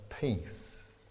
Peace